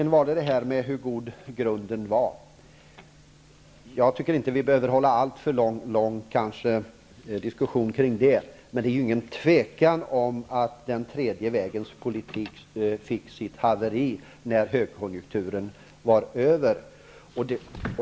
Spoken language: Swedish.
När det gäller hur god grunden var, tycker jag inte att vi behöver ha någon alltför lång diskussion om det. Men det råder inget tvivel om att den tredje vägens politik havererade när högkonjunkturen var över.